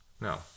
No